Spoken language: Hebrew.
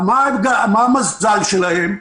מה המזל שלהם?